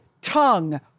tongue